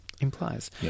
implies